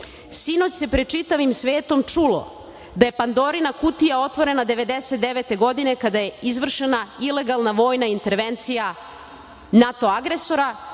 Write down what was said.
Sinoć se pred čitavim svetom čulo da je Pandorina kutija otvorena 1999. godine kada je izvršena ilegalna vojna intervencija NATO agresora